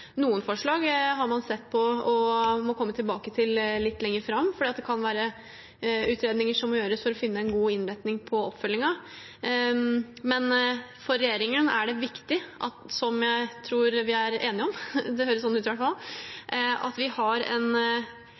Noen forslag har man sett på og må komme tilbake til litt lengre fram, for det kan være utredninger som må gjøres for å finne en god innretning på oppfølgingen. For regjeringen er det viktig – og det tror jeg vi er enige om, det høres i hvert fall sånn ut – at vi har en